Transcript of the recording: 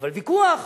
אבל ויכוח.